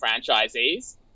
franchisees